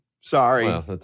Sorry